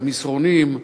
המסרונים,